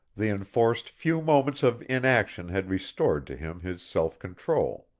the enforced few moments of inaction had restored to him his self-control.